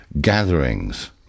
gatherings